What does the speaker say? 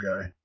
guy